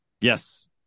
Yes